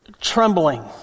trembling